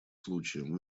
случаем